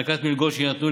הענקת מלגות שיינתנו,